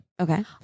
Okay